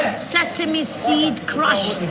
sesame seed crushed.